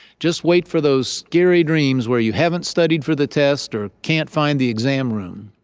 just wait for those scary dreams where you haven't studied for the test or can't find the exam room.